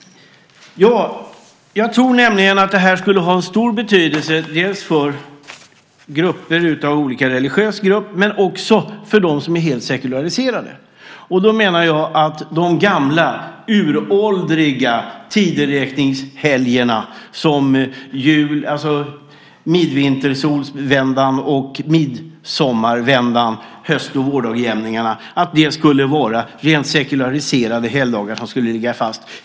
Jag tror att dispositiva helgdagar skulle ha stor betydelse för olika religiösa grupper men också för dem som är helt sekulariserade. Jag menar att de gamla, uråldriga tideräkningshelgerna som har att göra med midvinter - jul - midsommar och höst och vårdagjämningarna skulle vara rent sekulariserade helgdagar som skulle ligga fast.